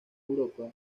europa